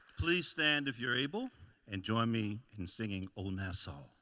please stand if you're able and join me in singing old nassau.